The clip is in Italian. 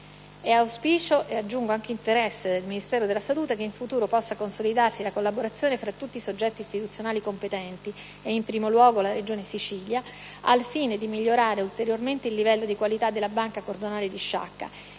È auspicio - e interesse - del Ministero della salute che in futuro possa consolidarsi la collaborazione fra tutti i soggetti istituzionali competenti, e in primo luogo la Regione Sicilia, al fine di migliorare ulteriormente il livello di qualità della Banca cordonale di Sciacca,